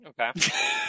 Okay